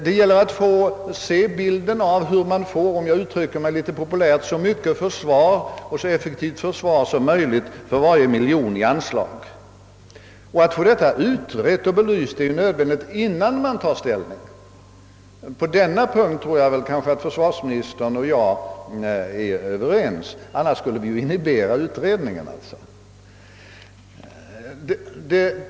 Det gäller att få en bild av hur man — om jag får uttrycka mig litet populärt — skall kunna på längre sikt få så mycket försvar och så effektivt försvar som möjligt för varje miljon i anslag. Det är ju nödvändigt att få detta utreit och belyst innan man tar ställning. På denna punkt tror jag väl att försvarsministern och jag är överens, ty annars skulle vi ju inhibera utredningen.